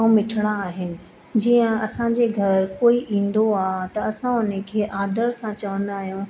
ऐं मिठिड़ा आहिनि जीअं असांजे घर कोई ईंदो आहे त असां उनखे आदरु सां चवंदा आहियूं